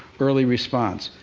early response.